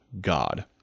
God